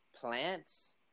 plants